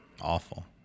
Awful